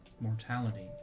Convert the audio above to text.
mortality